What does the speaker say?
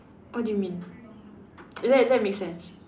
what do you mean that that makes sense